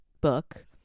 book